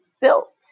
built